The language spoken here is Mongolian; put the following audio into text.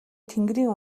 тэнгэрийн